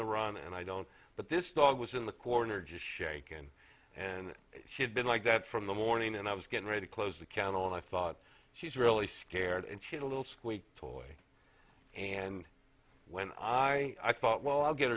the run and i don't but this dog was in the corner just shaken and she had been like that from the morning and i was getting ready to close the kennel and i thought she's really scared and she's a little squeak toy and when i thought well i'll get